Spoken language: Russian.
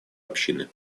общины